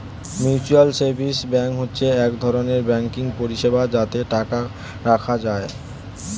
mutual savings bank হচ্ছে এক ধরনের ব্যাঙ্কিং পরিষেবা যাতে টাকা রাখা যায়